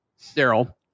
Daryl